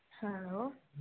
hello